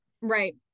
Right